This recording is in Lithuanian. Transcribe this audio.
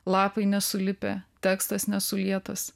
lapai nesulipę tekstas nesulietas